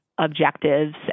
objectives